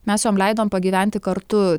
mes jom leidom pagyventi kartu